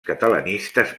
catalanistes